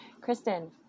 Kristen